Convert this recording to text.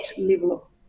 level